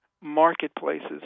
marketplaces